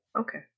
Okay